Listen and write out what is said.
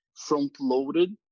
front-loaded